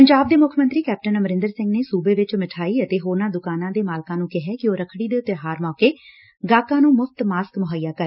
ਪੰਜਾਬ ਦੇ ਮੁੱਖ ਮੰਤਰੀ ਕੈਪਟਨ ਅਮਰਿੰਦਰ ਸਿੰਘ ਨੇ ਸੁਬੇ ਵਿਚ ਮਿਠਾਈ ਅਤੇ ਹੋਰਨਾਂ ਦੁਕਾਨਾਂ ਦੇ ਮਾਲਕਾਂ ਨੂੰ ਕਿਹੈ ਕਿ ਉਹ ਰੱਖੜੀ ਦੇ ਤਿਉਹਾਰ ਮੌਕੇ ਗਾਹਕਾਂ ਨੂੰ ਮੁਫ਼ਤ ਮਾਸਕ ਮੁਹੱਈਆ ਕਰਨ